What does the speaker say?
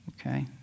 Okay